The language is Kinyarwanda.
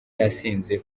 yasinze